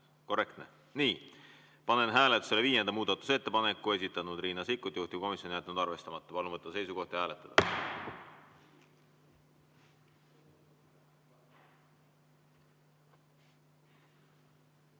Korrektne. Nii. Panen hääletusele viienda muudatusettepaneku, esitanud Riina Sikkut. Juhtivkomisjon on jätnud arvestamata. Palun võtta seisukoht ja hääletada!